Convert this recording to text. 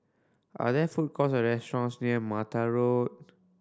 are there food courts or restaurants near Mattar Road